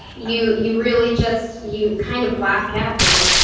you you really just you kind of black out. you're like, oh,